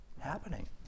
happening